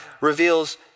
reveals